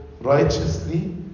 righteously